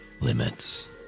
limits